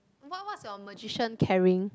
what what's your magician carrying